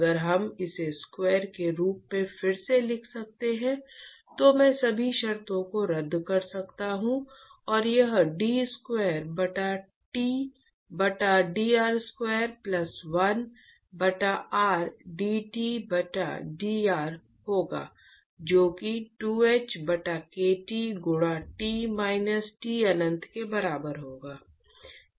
अगर हम इसे d स्क्वायर के रूप में फिर से लिख सकते हैं तो मैं सभी शर्तों को रद्द कर सकता हूं और यह d स्क्वायर T बटा dr स्क्वायर प्लस 1 बटा r dT बटा dr होगा जो कि 2h बटा kt गुणा T माइनस T अनंत के बराबर होगा